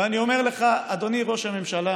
ואני אומר לך, אדוני ראש הממשלה,